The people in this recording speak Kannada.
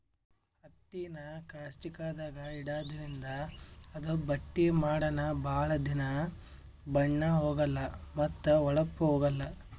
ಹತ್ತಿನಾ ಕಾಸ್ಟಿಕ್ದಾಗ್ ಇಡಾದ್ರಿಂದ ಅದು ಬಟ್ಟಿ ಮಾಡನ ಭಾಳ್ ದಿನಾ ಬಣ್ಣಾ ಹೋಗಲಾ ಮತ್ತ್ ಹೋಳಪ್ನು ಹೋಗಲ್